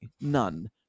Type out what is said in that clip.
None